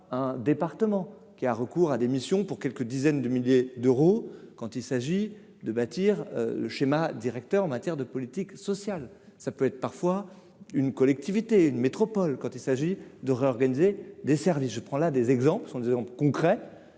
un département qui a recours à des missions pour quelques dizaines de milliers d'euros quand il s'agit de bâtir le schéma directeur en matière de politique sociale, ça peut être parfois une collectivité une métropole quand il s'agit de réorganiser des services, je prends la des exemples sont des exemples concrets